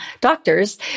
doctors